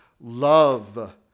love